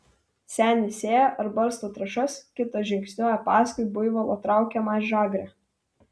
senis sėja ar barsto trąšas kitas žingsniuoja paskui buivolo traukiamą žagrę